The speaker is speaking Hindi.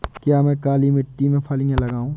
क्या मैं काली मिट्टी में फलियां लगाऊँ?